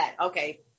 okay